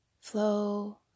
flow